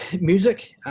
music